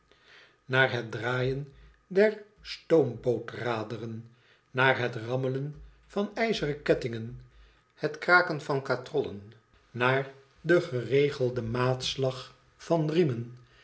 naar het draaien der stoomboot raderen naar het rammelen van ijzeren kettingen het kraken van katrollen naar den geregelden maatslag van riemen